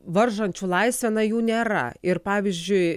varžančių laisvę na jų nėra ir pavyzdžiui